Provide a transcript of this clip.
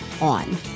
on